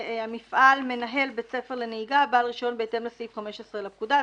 "המפעל מנהל בית ספר לנהיגה בעל רישיון בהתאם לסעיף 15 לפקודה".